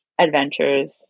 adventures